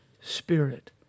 Spirit